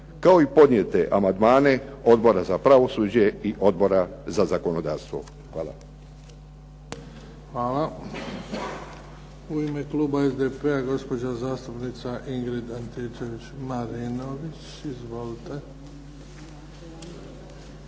kao i podnijete amandmane Odbora za pravosuđe i Odbora za zakonodavstvo. Hvala. **Bebić, Luka (HDZ)** Hvala. U ime kluba SDP-a gospođa zastupnica Ingrid Antičević-Marinović. Izvolite.